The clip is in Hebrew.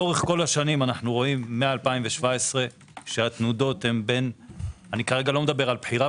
לאורך כל השנים אנו רואים מ-2017 שהתנודות כרגע אני לא מדבר על בחירה,